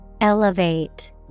Elevate